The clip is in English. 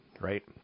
right